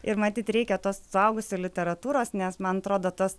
ir matyt reikia tos suaugusių literatūros nes man atrodo tas